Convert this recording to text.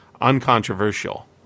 uncontroversial